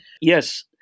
Yes